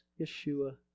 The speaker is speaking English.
Yeshua